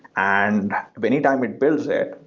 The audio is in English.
and anytime it builds it,